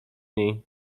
niej